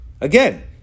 Again